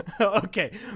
okay